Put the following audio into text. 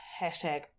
hashtag